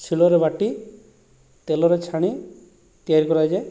ଶିଳରେ ବାଟି ତେଲରେ ଛାଣି ତିଆରି କରାଯାଏ